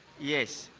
yes,